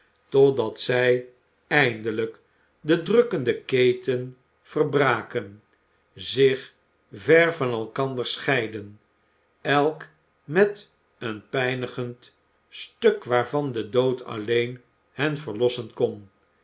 totdat zij eindelijk de drukkende keten verbraken zich ver van elkander scheidden elk met een pijnigend stuk waarvan de dood alleen hen verlossen kon